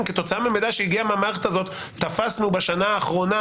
כתוצאה ממידע שהגיע מהמערכת הזו תפסנו בשנה האחרונה